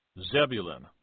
Zebulun